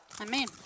Amen